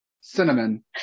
cinnamon